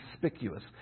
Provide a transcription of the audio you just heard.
conspicuous